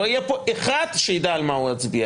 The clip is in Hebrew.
לא יהיה פה אחד שידע על מה הוא הצביע.